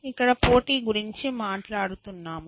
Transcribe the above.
మనము పోటీ గురించి మాట్లాడుతున్నాము